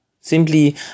simply